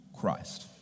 Christ